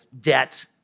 debt